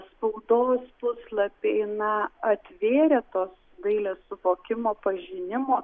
spaudos puslapiai na atvėrė tos dailės suvokimo pažinimo